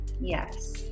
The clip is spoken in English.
yes